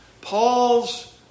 Paul's